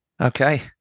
Okay